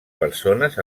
persones